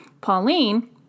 Pauline